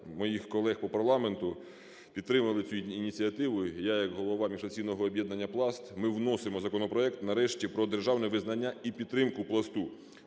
моїх колег по парламенту підтримали цю ініціативу. І я як голова міжфракційного об'єднання "Пласт" ми вносимо законопроект нарешті про державне визнання і підтримку "Пласту"